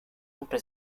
entre